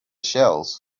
shells